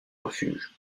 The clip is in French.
refuges